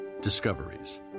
Discoveries